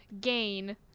gain